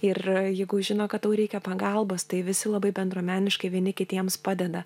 ir jeigu žino kad tau reikia pagalbos tai visi labai bendruomeniškai vieni kitiems padeda